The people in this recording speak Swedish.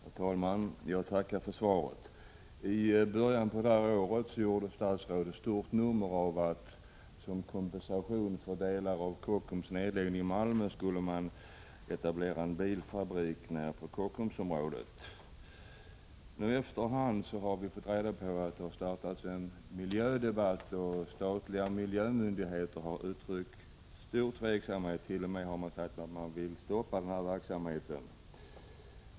Herr talman! Jag tackar för svaret. I början av året gjorde statsrådet stort nummer av att man som kompensation för nedläggning av delar av Kockums i Malmö skulle etablera en bilfabrik nära Kockumsområdet. I efterhand har vi fått reda på att det har startats en miljödebatt och att statliga miljömyndigheter har uttryckt stor tveksamhet. Man har t.o.m. sagt att man vill stoppa verksamheten.